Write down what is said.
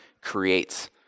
creates